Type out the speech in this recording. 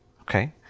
Okay